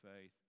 faith